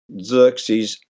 Xerxes